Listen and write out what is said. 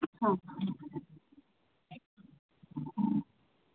ಹಾಂ